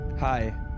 Hi